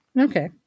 Okay